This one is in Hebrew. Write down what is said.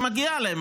שמגיעה להם,